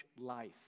life